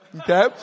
Okay